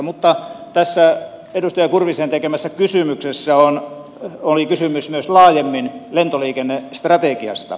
mutta tässä edustaja kurvisen tekemässä kysymyksessä oli kysymys myös laajemmin lentoliikennestrategiasta